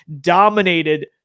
dominated